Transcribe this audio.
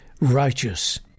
righteous